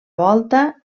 volta